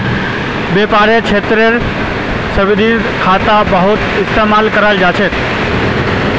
व्यापारेर क्षेत्रतभी सावधि खाता बहुत इस्तेमाल कराल जा छे